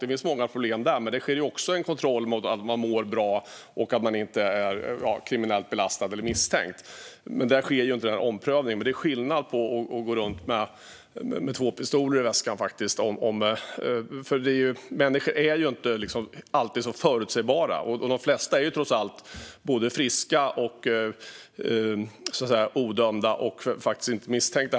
Det finns många problem där, men där sker en kontroll för att se om personerna i fråga mår bra och inte är kriminellt belastade eller misstänkta. Det sker dock ingen omprövning. Det är ändå skillnad om man går runt med två pistoler i väskan. Människor är inte alltid förutsägbara. De flesta är dock trots allt friska och odömda och inte heller misstänkta.